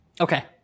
Okay